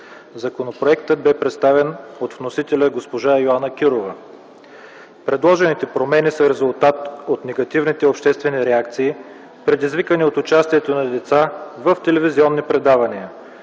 Законопроектът бе представен от вносителя - госпожа Йоана Кирова. Предложените промени са резултат от негативните обществени реакции, предизвикани от участието на деца в телевизионни предавания.